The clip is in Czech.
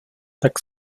tak